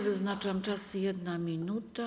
Wyznaczam czas - 1 minuta.